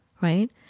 right